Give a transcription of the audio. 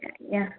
ഞാൻ